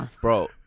bro